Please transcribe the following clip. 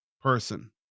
person